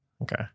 Okay